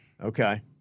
Okay